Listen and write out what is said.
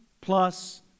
plus